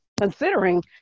considering